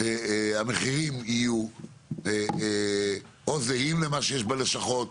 המחירים יהיו זהים למה שיש בלשכות?